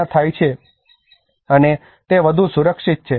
ત્યાં થાય છે અને તે વધુ સુરક્ષિત છે